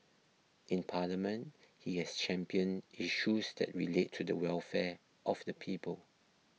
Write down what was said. in Parliament he has championed issues that relate to the welfare of the people